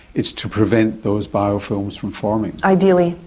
it's to prevent those biofilms from forming. ideally,